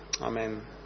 amen